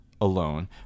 alone